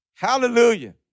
Hallelujah